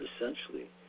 essentially